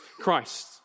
Christ